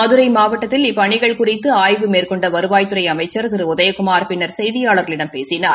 மதுரை மாவட்டத்தில் இப்பணிகள் குறித்து ஆய்வு மேற்கொண்ட வருவாய்த்துறை அமைச்சர் திரு உதயகுமார் பின்னர் செய்தியாளர்களிடம் பேசினார்